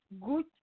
good